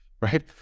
right